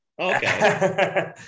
Okay